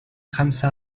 خمس